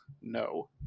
No